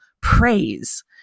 praise